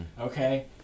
Okay